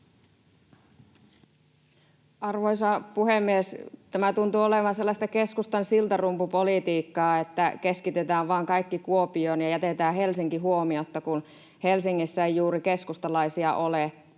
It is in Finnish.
Arvoisa puhemies! Tämä tuntuu olevan sellaista keskustan siltarumpupolitiikkaa, että keskitetään vaan kaikki Kuopioon ja jätetään Helsinki huomiotta, kun Helsingissä ei juuri keskustalaisia ole.